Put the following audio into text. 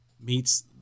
meets